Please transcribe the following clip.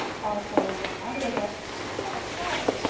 also, in the latter event stop! stop!